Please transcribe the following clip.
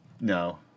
No